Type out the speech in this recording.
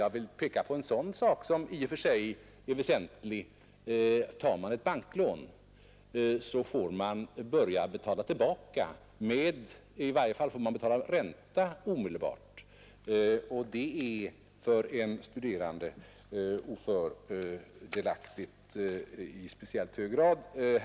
Jag vill peka på en sak som i och för sig är väsentlig. Tar man banklån får man i varje fall betala ränta omedelbart, och det är för en studerande ofördelaktigt i speciellt hög grad.